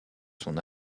son